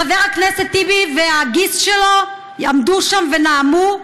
חבר הכנסת טיבי והגיס שלו עמדו שם ונאמו.